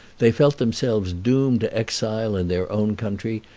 they felt themselves doomed to exile in their own country,